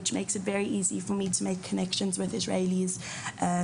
מה שמקל עליי מאוד ליצור קשרים עם ישראלים שאני